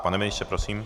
Pane ministře, prosím.